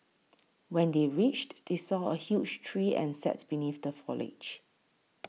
when they reached they saw a huge tree and sat beneath the foliage